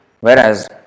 whereas